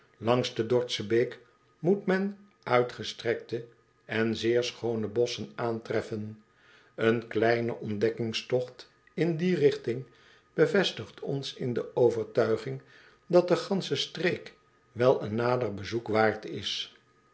langs de dorthsche beek moet men uitgestrekte en zeer schoone bosschen aantreffen een kleine ontdekkingstogt in die rigting bevestigt ons in de overtuiging dat de gansche streek wel een nader bezoek waard is